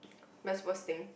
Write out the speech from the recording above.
best worst thing